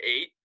eight